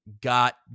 got